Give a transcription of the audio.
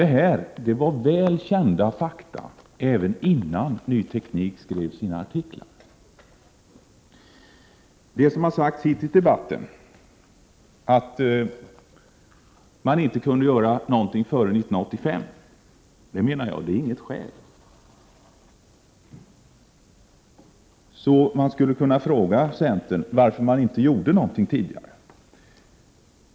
Detta var ett väl känt faktum även innan Ny Teknik skrev sina artiklar. Det har sagts här i debatten att man inte kunde göra någonting före 1985. 109 Det är, menar jag, inget skäl. Vi skulle alltså kunna fråga centern varför man inte gjorde någonting tidigare.